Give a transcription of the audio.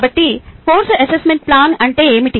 కాబట్టి course assessment plan అంటే ఏమిటి